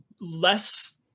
less